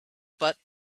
but